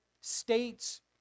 states